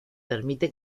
permite